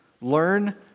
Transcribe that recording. Learn